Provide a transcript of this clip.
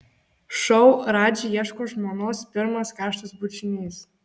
šou radži ieško žmonos pirmas karštas bučinys